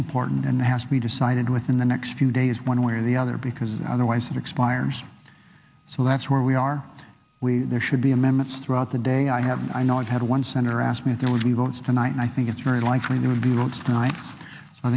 important and has to be decided within the next few days one way or the other because otherwise it expires so that's where we are we there should be amendments throughout the day i have i know i've had one senator asked me if there would be votes tonight i think it's very likely there would be